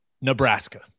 Nebraska